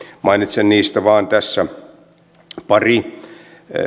mainitsen niistä tässä vain pari